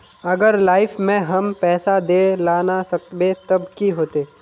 अगर लाइफ में हम पैसा दे ला ना सकबे तब की होते?